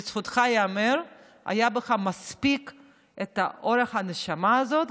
לזכותך ייאמר שהיה בך את אורך הנשימה הזה,